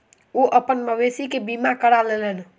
ओ अपन मवेशी के बीमा करा लेलैन